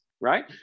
right